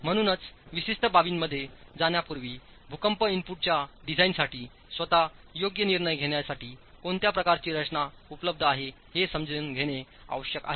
म्हणूनच विशिष्ट बाबींमध्ये जाण्यापूर्वी भूकंप इनपुटच्या डिझाइनसाठी स्वतः योग्य निर्णयघेण्यासाठी कोणत्या प्रकारची रचनाउपलब्ध आहेहे समजून घेणे आवश्यक आहे